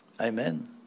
Amen